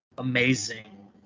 amazing